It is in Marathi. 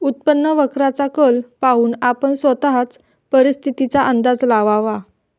उत्पन्न वक्राचा कल पाहून आपण स्वतःच परिस्थितीचा अंदाज लावावा